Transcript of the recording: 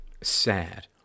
sad